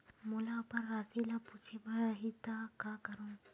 मोला अपन राशि ल पूछे बर रही त का करहूं?